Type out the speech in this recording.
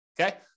Okay